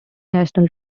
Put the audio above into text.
national